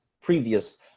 previous